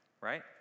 right